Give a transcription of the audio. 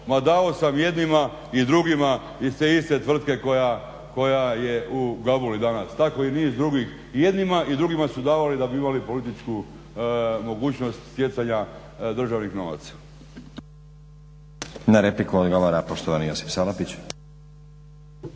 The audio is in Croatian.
ma davao sam jednima i drugima iz te iste tvrtke koja je u gabuli danas. Tamo i niz drugih i jednima i drugima su davali da bi imali političku mogućnost stjecanja državnih novaca.